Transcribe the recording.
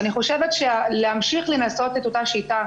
אני חושבת שלהמשיך לנסות את אותה שיטה,